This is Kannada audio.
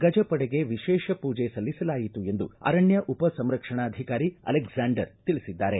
ಗಜ ಪಡೆಗೆ ವಿಶೇಷ ಪೂಜೆ ಸಲ್ಲಿಸಲಾಯಿತು ಎಂದು ಅರಣ್ಯ ಉಪ ಸಂರಕ್ಷಣಾಧಿಕಾರಿ ಅಲೆಗ್ಸಾಂಡರ್ ತಿಳಿಸಿದ್ದಾರೆ